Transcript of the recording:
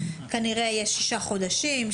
כנראה יהיה שישה חודשים,